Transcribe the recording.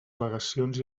al·legacions